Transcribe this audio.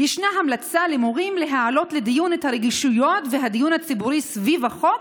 ישנה המלצה למורים להעלות לדיון את הרגישויות והדיון הציבורי סביב החוק,